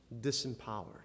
disempowered